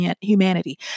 humanity